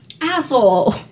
Asshole